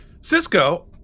Cisco